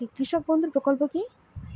কৃষক বন্ধু প্রকল্প কি?